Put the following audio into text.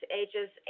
ages